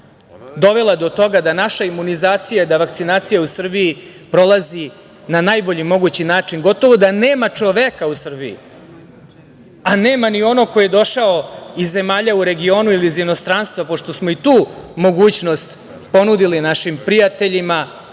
dovelo do toga da naša imunizacija, da vakcinacija u Srbiji prolazi na najbolji mogući način. Gotovo da nema čoveka u Srbiji, a nema ni onog ko je došao i zemalja u regionu ili iz inostranstva pošto smo i tu mogućnost ponudili našim prijateljima,